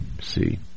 see